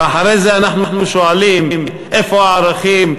ואחרי זה אנחנו שואלים: איפה הערכים?